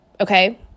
okay